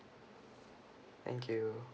thank you